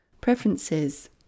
preferences